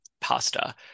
pasta